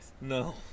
No